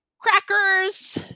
crackers